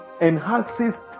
enhances